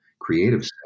creative